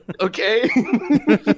okay